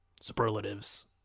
superlatives